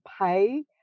pay